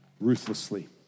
ruthlessly